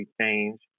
change